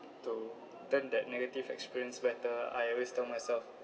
to turn that negative experience better I always tell myself